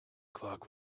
clock